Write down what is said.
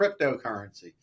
cryptocurrency